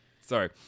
Sorry